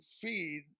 feed